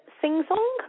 sing-song